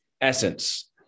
essence